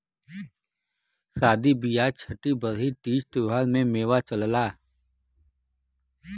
सादी बिआह छट्ठी बरही तीज त्योहारों में मेवा चलला